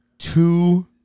Two